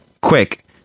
quick